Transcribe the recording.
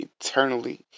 eternally